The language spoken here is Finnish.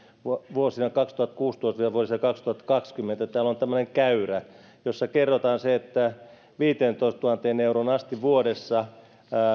vuosina kaksituhattakuusitoista viiva kaksituhattakaksikymmentä täällä on tämmöinen käyrä jossa kerrotaan se että viiteentoistatuhanteen euroon asti vuodessa